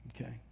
Okay